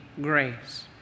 grace